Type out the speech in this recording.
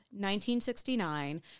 1969